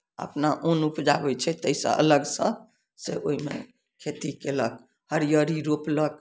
अपना अन्न उपजाबै छै ताहि सँ अलग सँ से ओहिमे खेती केलक हरिअरी रोपलक